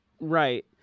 Right